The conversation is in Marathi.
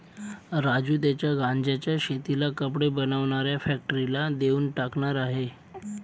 राजू त्याच्या गांज्याच्या शेतीला कपडे बनवणाऱ्या फॅक्टरीला देऊन टाकणार आहे